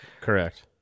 Correct